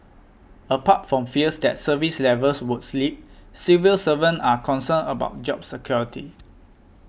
apart from fears that service levels would slip civil servants are concerned about job security